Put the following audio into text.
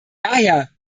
daher